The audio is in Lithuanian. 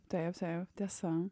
tai visai tiesa